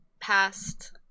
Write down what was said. past